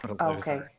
Okay